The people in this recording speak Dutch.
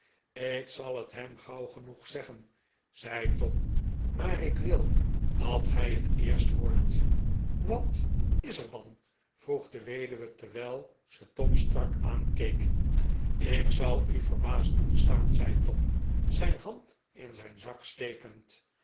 ik zal het hem gauw genoeg zeggen zei tom maar ik wil dat gij het eerst hoort wat is er dan vroeg de weduwe terwijl ze tom strak aankeek ik zal u verbaasd doen staan zei tom zijn hand in zijn zak stekend